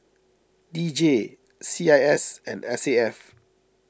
D J C I S and S A F